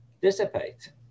dissipate